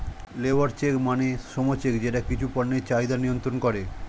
labour check মানে শ্রম check যেটা কিছু পণ্যের চাহিদা নিয়ন্ত্রন করে